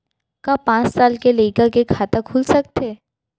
का पाँच साल के लइका के खाता खुल सकथे?